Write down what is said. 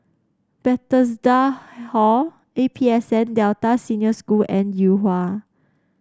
Bethesda Hall A P S N Delta Senior School and Yuhua